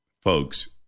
folks